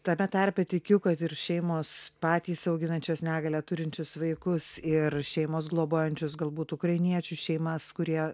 tame tarpe tikiu kad ir šeimos patys auginančios negalią turinčius vaikus ir šeimos globojančios galbūt ukrainiečių šeimas kurie